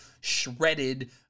shredded